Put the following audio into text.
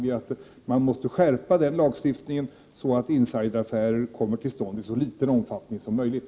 Vi anser att denna lagstiftning måste skärpas, så att insideraffärer kommer till stånd i så liten omfattning som möjligt.